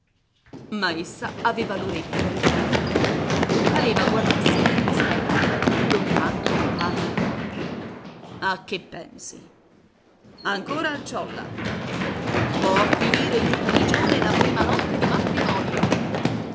essa aveva l'orecchio altrove pareva guardasse nello specchio lontano lontano a che pensi ancora al ciolla vo a finire in prigione la prima notte di matrimonio